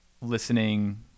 listening